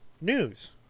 news